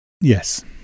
Yes